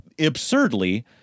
absurdly